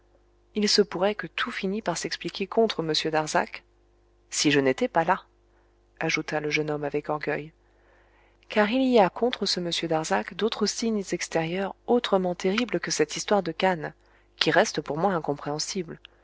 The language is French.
il se pourrait que tout finît par s'expliquer contre m darzac si je n'étais pas là ajouta le jeune homme avec orgueil car il y a contre ce m darzac d'autres signes extérieurs autrement terribles que cette histoire de canne qui reste pour moi incompréhensible